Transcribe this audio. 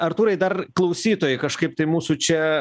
artūrai dar klausytojai kažkaip tai mūsų čia